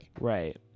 right